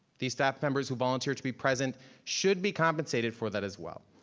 these staff members who volunteered to be present should be compensated for that as well.